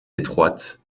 étroite